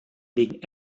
legen